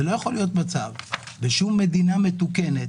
לא יכול להיות מצב בשום מדינה מתוקנת